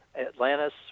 Atlantis